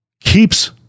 keeps